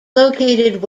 located